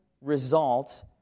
result